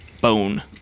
bone